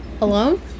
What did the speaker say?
alone